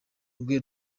rwe